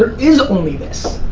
is only this.